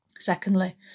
Secondly